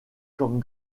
comme